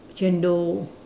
chendol